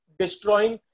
destroying